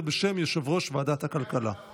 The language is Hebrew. והיא תועבר לוועדת העבודה והרווחה להמשך